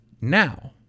now